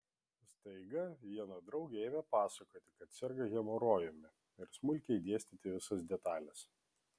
staiga viena draugė ėmė pasakoti kad serga hemorojumi ir smulkiai dėstyti visas detales